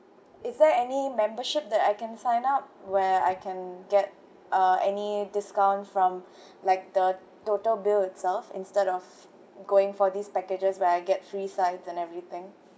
is there any membership that I can sign up where I can get uh any discount from like the total bill itself instead of going for these packages where I get free sides and everything